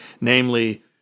namely